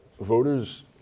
voters